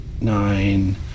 nine